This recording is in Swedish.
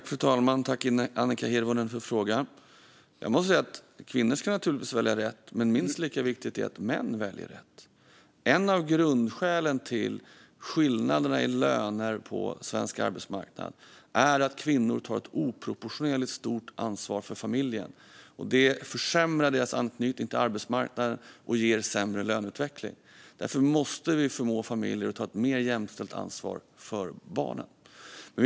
Fru talman! Tack, Annika Hirvonen, för frågan! Kvinnor ska naturligtvis välja rätt, men minst lika viktigt är att män väljer rätt. Ett av grundskälen till skillnaderna i löner på svensk arbetsmarknad är att kvinnor tar ett oproportionerligt stort ansvar för familjen. Det försämrar deras anknytning till arbetsmarknaden och ger sämre löneutveckling. Därför måste vi förmå familjer att ta ett mer jämställt ansvar för barnen.